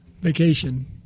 Vacation